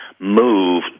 move